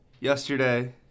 yesterday